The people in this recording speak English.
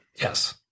Yes